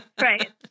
Right